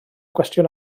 gwestiwn